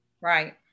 Right